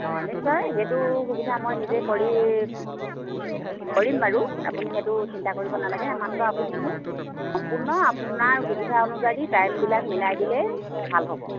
অঁ নিশ্চয় সেইটো সুবিধা মই নিজে কৰি কৰিম বাৰু আপুনি সেইটো চিন্তা কৰিব নালাগে মাত্ৰ আপুনি মোক সম্পূৰ্ণ আপোনাৰ সুবিধা অনুযায়ী টাইম বিলাক মিলাই দিলেই ভাল হ'ব